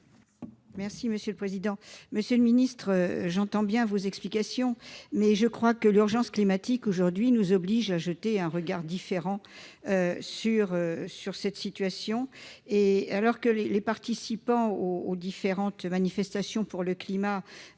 explication de vote. Monsieur le ministre, j'entends bien vos explications. Je crois néanmoins que l'urgence climatique actuelle nous oblige à jeter un regard différent sur cette situation. Alors que les participants aux différentes manifestations pour le climat